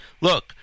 look